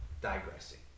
digressing